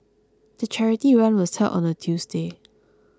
the charity run was held on a Tuesday